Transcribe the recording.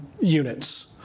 units